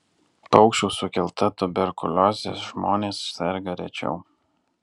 paukščių sukelta tuberkulioze žmonės serga rečiau